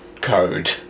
code